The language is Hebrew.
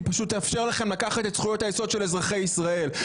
היא פשוט תאפשר לכם לקחת את זכויות היסוד של אזרחי ישראל.